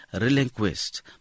relinquished